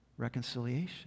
reconciliation